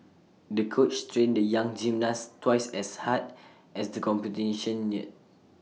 the coach trained the young gymnast twice as hard as the competition neared